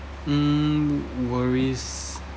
hmm worries